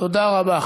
תודה רבה.